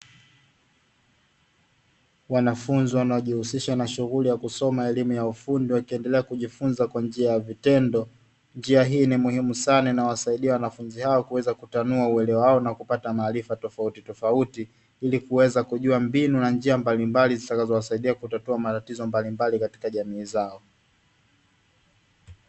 Wanafunzi wanaojihusisha na shughuli ya kusoma elimu ya ufundi, wakiendelea kujifunza kwa njia ya vitendo, njia hii ni muhimu sana inasaidia wanafunzi hao kuweza kutanua uelewa wao na kupata maadili na maarifa tofautitofauti ili kuweza kujua mbinu na njia mbalimbali zitakazo wasaidia kutatua matatizo mbalimbali katika jamii zao.